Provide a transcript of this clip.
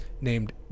named